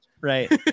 right